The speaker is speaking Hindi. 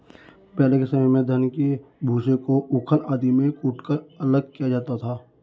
पहले के समय में धान के भूसे को ऊखल आदि में कूटकर अलग किया जाता था